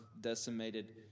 decimated